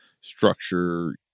structure